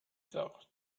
thought